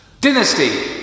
Dynasty